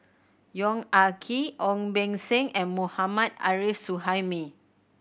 Yong Ah Kee Ong Beng Seng and Mohammad Arif Suhaimi